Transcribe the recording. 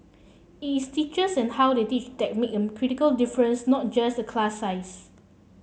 it's teachers and how they teach that make a critical difference not just the class size